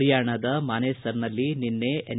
ಪರಿಯಾಣಾದ ಮಾನೇಸರ್ನಲ್ಲಿ ನಿನ್ನೆ ಎನ್